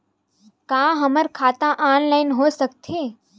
का हमर खाता ऑनलाइन हो सकथे?